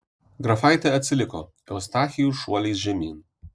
grafaitė atsiliko eustachijus šuoliais žemyn